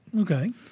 Okay